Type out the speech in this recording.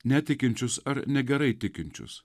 netikinčius ar negerai tikinčius